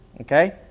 Okay